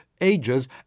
Ages